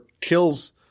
kills